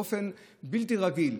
זה באופן בלתי רגיל.